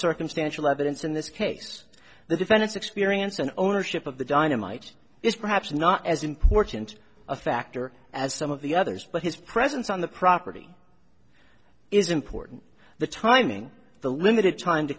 circumstantial evidence in this case the defendant's experience and ownership of the dynamite is perhaps not as important a factor as some of the others but his presence on the property is important the timing the limited time to